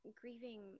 grieving